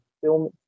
film